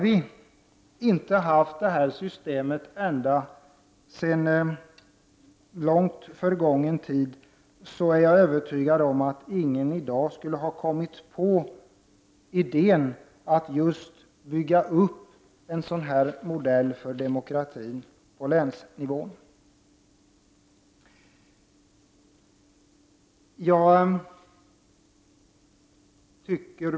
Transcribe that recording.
Om vi inte hade haft det här systemet sedan länge är jag övertygad om att ingen i dag skulle ha kommit på idén att bygga upp en sådan modell för demokratin på länsnivå.